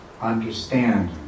understand